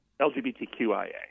LGBTQIA